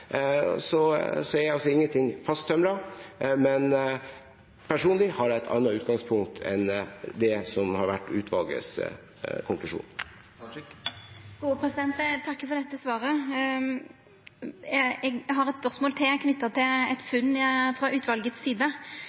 er altså fasttømret, men personlig har jeg et annet utgangspunkt enn det som er utvalgets konklusjon. Eg takkar for svaret. Eg har eit spørsmål til, knytt til eit funn frå utvalet si side.